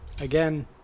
again